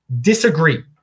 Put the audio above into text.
Disagree